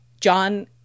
John